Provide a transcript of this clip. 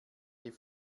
die